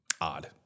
odd